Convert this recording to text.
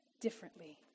differently